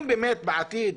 אם באמת בעתיד,